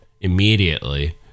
immediately